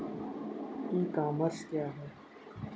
ई commerce क्या है?